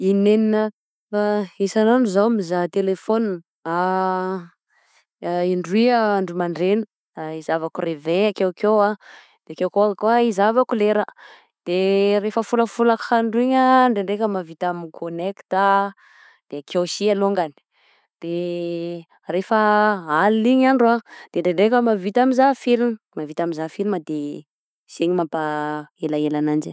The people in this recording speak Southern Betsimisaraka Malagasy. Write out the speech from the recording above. Inenina isanandro zao mizaha telephone: indroy andro mandregna, izahavako reveil akeokeo, de ake koa izahavako lera, de refa folafolak'andro igny a, ndraindraika mavita miconnecte de akeo sy alongany, de refa alina iny andro a, de ndraindraika zao mavita mizaha film, mahavita mizaha film de zay no mampa elaela agnanjy.